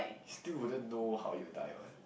he still wouldn't know how you die one